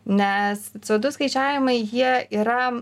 nes ce o du skaičiavimai jie yra